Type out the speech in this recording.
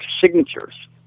signatures